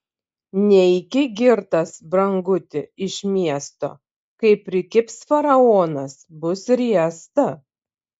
neiki girtas branguti iš miesto kai prikibs faraonas bus riesta